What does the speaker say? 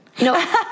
No